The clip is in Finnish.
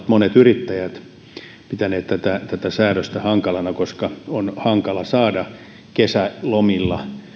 monet yrittäjät ovat pitäneet tätä tätä säädöstä hankalana koska on hankala saada kesälomien